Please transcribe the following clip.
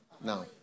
Now